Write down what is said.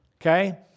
Okay